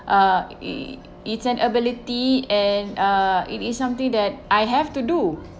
uh i~ it's an ability and uh it is something that I have to do